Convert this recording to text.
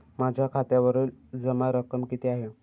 माझ्या खात्यावरील जमा रक्कम किती आहे?